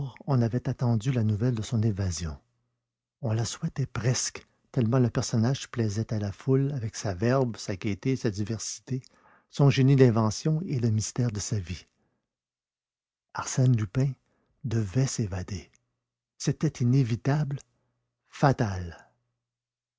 on avait attendu la nouvelle de son évasion on la souhaitait presque tellement le personnage plaisait à la foule avec sa verve sa gaieté sa diversité son génie d'invention et le mystère de sa vie arsène lupin devait s'évader c'était inévitable fatal